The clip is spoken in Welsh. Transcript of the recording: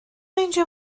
meindio